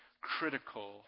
critical